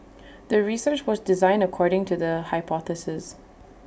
the research was designed according to the hypothesis